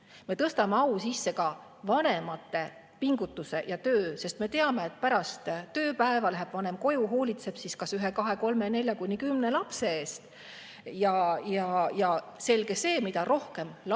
Me tõstame au sisse ka vanemate pingutuse ja töö, sest me teame, et pärast tööpäeva läheb vanem koju, hoolitseb kas ühe, kahe, kolme, nelja või isegi kümne lapse eest. Selge see, et mida rohkem lapsi